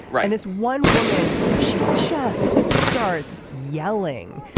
right. this one woman she just starts yelling.